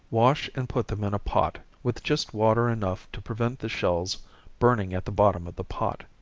wash and put them in a pot, with just water enough to prevent the shells burning at the bottom of the pot.